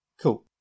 cool